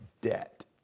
debt